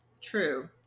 true